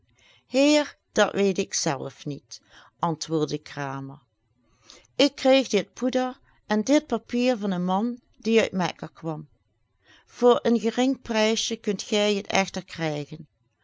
heer dat weet ik zelf niet antwoordde de kramer ik kreeg dit poeder en dit papier van een man die uit mecca kwam voor een gering prijsje kunt gij het echter krijgen